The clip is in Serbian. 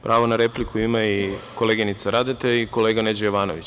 Pravo na repliku ima i koleginica Radeta i kolega Neđo Jovanović.